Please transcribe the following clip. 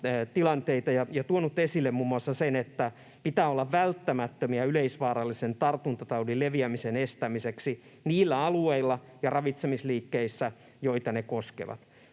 ja tuonut esille muun muassa sen, että rajoitusten pitää olla välttämättömiä yleisvaarallisen tartuntataudin leviämisen estämiseksi niillä alueilla ja ravitsemisliikkeissä, joita ne koskevat.